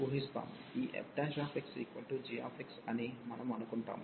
ఈ fxgఅని మనము అనుకుంటాము